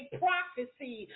prophecy